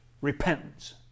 repentance